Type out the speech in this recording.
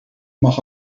mag